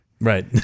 Right